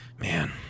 Man